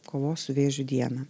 kovos su vėžiu dieną